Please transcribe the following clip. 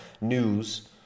news